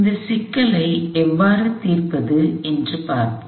இந்த சிக்கலை எவ்வாறு தீர்ப்பது என்று பார்ப்போம்